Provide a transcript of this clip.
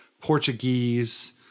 Portuguese